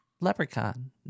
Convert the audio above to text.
leprechaun